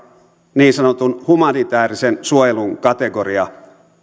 niin sanottu humanitäärisen suojelun kategoria